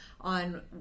on